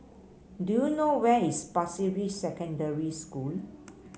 do you know where is Pasir Ris Secondary School